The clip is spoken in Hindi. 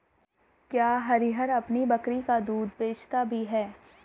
क्या हरिहर अपनी बकरी का दूध बेचता भी है?